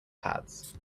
pads